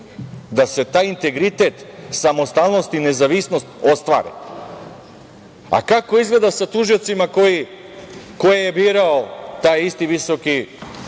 da se taj integritet, samostalnost, nezavisnost ostvare. A kako izgleda sa tužiocima koje je birao taj isti sastav